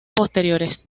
posteriores